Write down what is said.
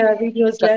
videos